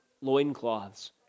loincloths